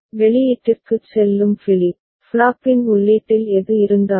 வெளியீட்டிற்குச் செல்லும் ஃபிளிப் ஃப்ளாப்பின் உள்ளீட்டில் எது இருந்தாலும்